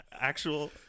actual